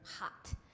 hot